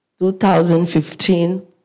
2015